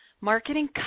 marketing